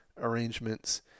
arrangements